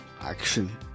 action